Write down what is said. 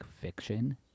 fiction